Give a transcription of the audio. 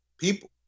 people